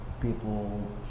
people